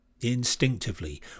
Instinctively